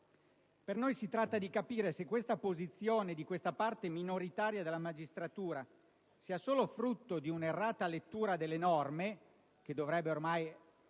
Per noi si tratta di capire se la posizione di questa parte minoritaria della magistratura sia solo frutto di un'errata lettura delle norme, che dovrebbe essere